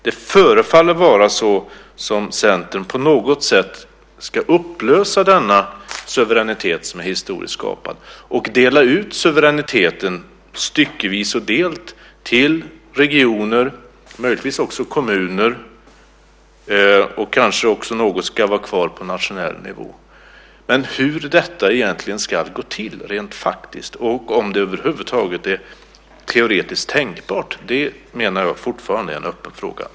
Det förefaller vara så att Centern på något sätt ska upplösa denna suveränitet, som är historiskt skapad, och dela ut suveräniteten styckevis till regioner, möjligtvis också kommuner, och kanske något ska vara kvar på nationell nivå. Men hur detta egentligen ska gå till rent praktiskt, och om det över huvud taget är teoretiskt tänkbart, menar jag fortfarande är en öppen fråga.